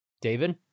David